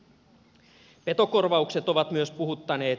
myös petokorvaukset ovat puhuttaneet